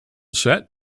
set